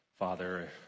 Father